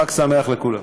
חג שמח לכולם.